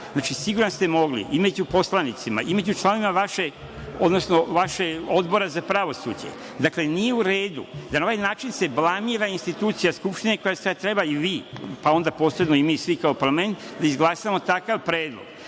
a sigurno ste mogli, i među poslanicima i među članovima Odbora za pravosuđe. I nije u redu da na ovaj način se blamira institucija Skupštine koja sada treba, i vi, pa onda posredno i mi svi kao parlament, da izglasamo takav predlog. Nije